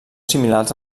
similars